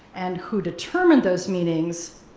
and who determined those meanings,